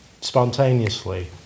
spontaneously